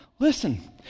Listen